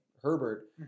Herbert